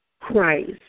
Christ